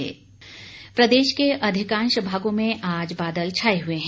मौसम प्रदेश के अधिकांश भागों में आज बादल छाए हुए हैं